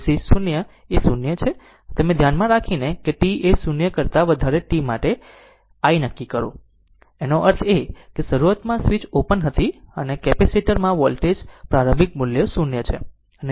VC 0 એ 0 છે તેને ધ્યાનમાં રાખીને t એ 0 કરતા વધારે માટે i નક્કી કરો આનો અર્થ એ કે શરૂઆતમાં સ્વીચ ઓપન હતી અને કેપેસિટર માં વોલ્ટેજ ના પ્રારંભિક મૂલ્યો 0 છે